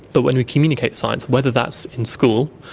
but when we communicate science, whether that's in school,